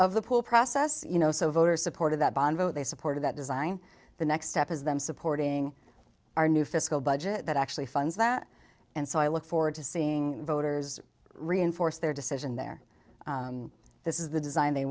of the pool process you know so voters supported that bond vote they supported that design the next step is them supporting our new fiscal budget that actually funds that and so i look forward to seeing voters reinforce their decision there this is the design they